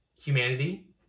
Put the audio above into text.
humanity